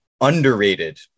underrated